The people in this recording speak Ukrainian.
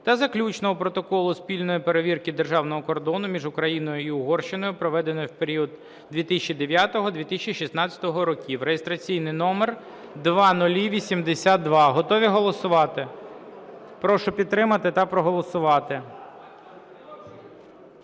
та Заключного протоколу спільної перевірки державного кордону між Україною і Угорщиною, проведеної в період 2009-2016 років (реєстраційний номер 0082). Готові голосувати? Прошу підтримати та проголосувати.